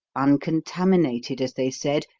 uncontaminated, as they said,